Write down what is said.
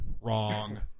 wrong